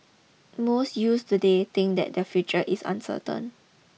most youth today think that their future is uncertain